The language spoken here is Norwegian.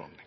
under